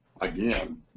again